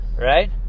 right